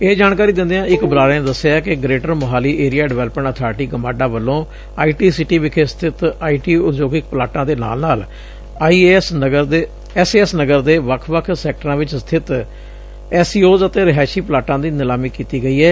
ਇਹ ਜਾਣਕਾਰੀ ਦਿੰਦਿਆਂ ਇੱਕ ਬੁਲਾਰੇ ਨੇ ਦੱਸਿਆ ਕਿ greater Mohali area development authority GMADA ਵਲੋਂ ਆਈਟੀ ਸਿਟੀ ਵਿਖੇ ਸਬਿਤ ਆਈਟੀ ਉਦਯੋਗਿਕ ਪਲਾਟਾਂ ਦੇ ਨਾਲ ਨਾਲ ਐਸਏਐਸ ਨਗਰ ਦੇ ਵੱਖ ਵੱਖ ਸੈਕਟਰਾਂ ਵਿੱਚ ਸਥਿਤ ਐਸਸੀਓਜ਼ ਅਤੇ ਰਿਹਾਇਸ਼ੀ ਪਲਾਟਾਂ ਦੀ ਨਿਲਾਮੀ ਕੀਤੀ ਗਈ ਏ